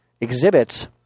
exhibits